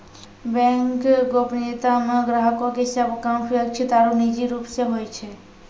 bank गोपनीयता मे ग्राहको के सभ काम सुरक्षित आरु निजी रूप से होय छै